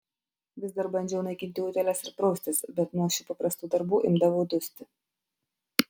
vis dar bandžiau naikinti utėles ir praustis bet nuo šių paprastų darbų imdavau dusti